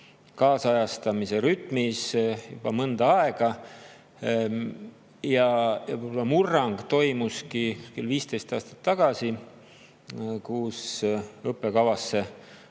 kaasajastamise rütmis juba mõnda aega. Murrang toimus umbes 15 aastat tagasi, kui õppekavasse